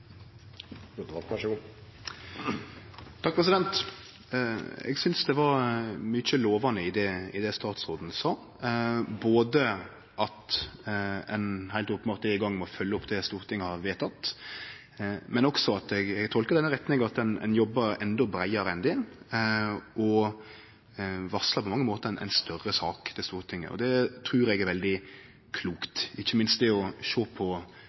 var mykje lovande i det statsråden sa, både at ein heilt openbert er i gang med å følgje opp det Stortinget har vedteke, og at ein – eg tolkar det i den retninga – jobbar endå breiare enn det og på mange måtar varslar ei større sak til Stortinget. Det trur eg er veldig klokt, ikkje minst det å sjå på